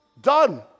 Done